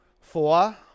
Four